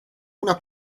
una